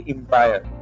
Empire